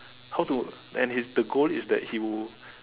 how to and if the goal is that he will